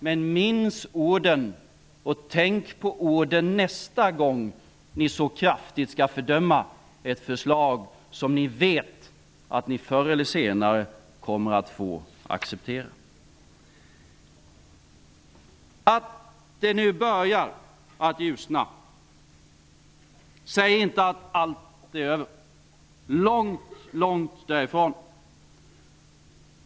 Men minns orden, och tänk på orden nästa gång ni så kraftigt skall fördöma ett förslag som ni vet att ni förr eller senare kommer att få acceptera! Att det nu börjar ljusna säger inte att allt är över -- långt, långt därifrån.